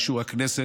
באישור הכנסת,